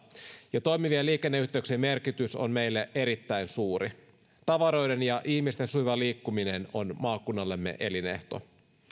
ja toimivien liikenneyhteyksien merkitys on meille erittäin suuri tavaroiden ja ihmisten sujuva liikkuminen on maakunnallemme elinehto